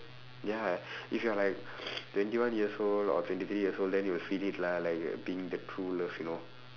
ya if you are like twenty one years old or twenty three years old then you will feel it lah like being the true love you know